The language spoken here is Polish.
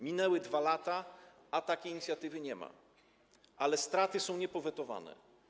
Minęły 2 lata, a takiej inicjatywy nie ma, ale straty są niepowetowane.